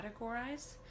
categorize